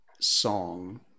song